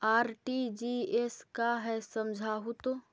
RTGS का है समझाहू तो?